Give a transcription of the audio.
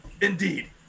Indeed